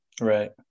Right